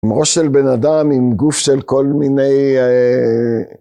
‫עם ראש של בן אדם, ‫עם גוף של כל מיני...